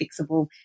fixable